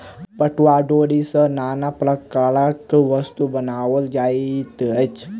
पटुआक डोरी सॅ नाना प्रकारक वस्तु बनाओल जाइत अछि